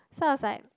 so I was like